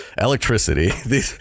electricity